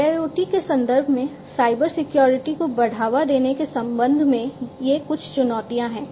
IIoT के संदर्भ में साइबर सिक्योरिटी को बढ़ावा देने के संबंध में ये कुछ चुनौतियां हैं